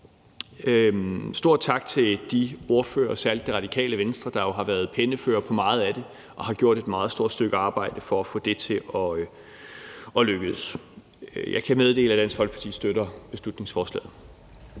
særlig til ordføreren for Radikale Venstre, der jo har været pennefører på meget af det og har gjort et meget stort stykke arbejde for at få det til at lykkes. Jeg kan meddele, at Dansk Folkeparti støtter beslutningsforslaget.